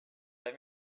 let